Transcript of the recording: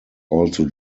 also